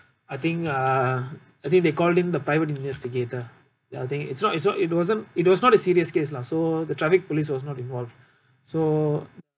I think uh I think they call in the private investigator I think it's not it's not it wasn't it was not a serious case lah so the traffic police was not involved so